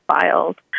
filed